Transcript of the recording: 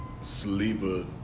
sleeper